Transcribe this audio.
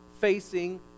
facing